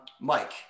Mike